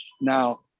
Now